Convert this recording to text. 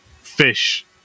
fish